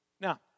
Now